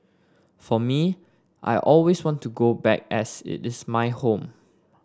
for me I always want to go back as it is my home